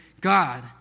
God